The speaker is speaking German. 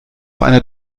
einer